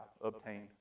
obtained